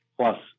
plus